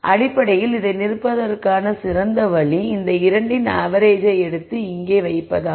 அடிப்படையில் இதை நிரப்புவதற்கான சிறந்த வழி இந்த இரண்டின் ஆவெரேஜை எடுத்து இங்கே வைக்கவும்